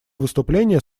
выступление